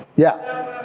yeah.